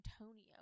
Antonio